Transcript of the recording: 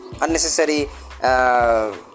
Unnecessary